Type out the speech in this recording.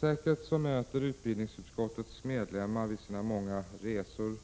Säkert möter utbildningsutskottets medlemmar under sina många resor